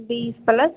बीस पलस